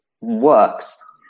works